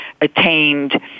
attained